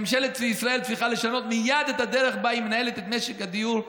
ממשלת ישראל צריכה לשנות מייד את הדרך בה היא מנהלת את משק הדיור,